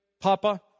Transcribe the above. Papa